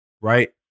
right